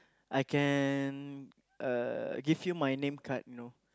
I can uh give you my name card you know